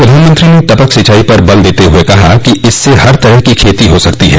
प्रधानमंत्री ने टपक सिचाई पर जोर देते हुए कहा कि इससे हर तरह की खेती हो सकती है